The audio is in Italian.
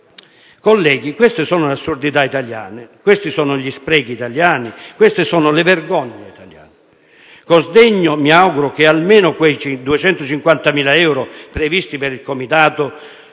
Colleghi, queste sono le assurdità italiane, questi sono gli sprechi italiani, queste sono le vergogne italiane. Con sdegno, mi auguro che almeno quei 250.000 euro previsti per il Comitato,